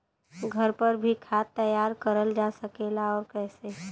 घर पर भी खाद तैयार करल जा सकेला और कैसे?